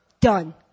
Done